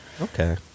Okay